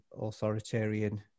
authoritarian